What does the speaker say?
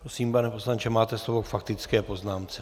Prosím, pane poslanče, máte slovo k faktické poznámce.